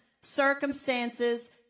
circumstances